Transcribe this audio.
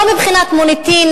לא מבחינת מוניטין,